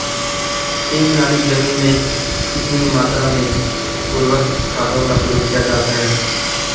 एक नाली जमीन में कितनी मात्रा में उर्वरक खादों का प्रयोग किया जाता है?